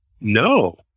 no